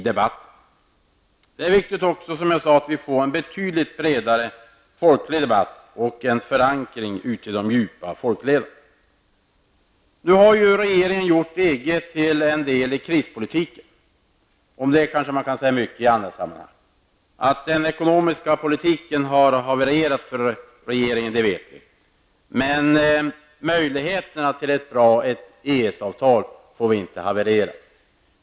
Det är också viktigt, som jag sade, att vi får en betydligt bredare folklig debatt och en förankring i de djupa folkleden. Nu har regeringen gjort EG till en del i krispolitiken. Om det kanske man kan säga mycket i annat sammanhang. Att den ekonomiska politiken har havererat för regeringen, det vet vi. Men möjligheterna till ett bra EES-avtal får inte haverera.